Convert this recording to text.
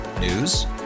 News